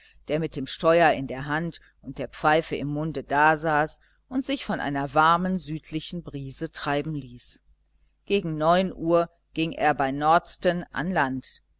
der mit dem steuer in der hand und der pfeife im munde dasaß und sich von einer warmen südlichen brise treiben ließ gegen neun uhr ging er bei nordsten an land